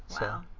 Wow